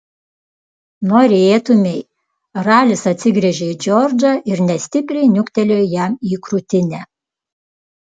norėtumei ralis atsigręžė į džordžą ir nestipriai niuktelėjo jam į krūtinę